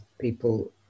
people